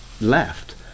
left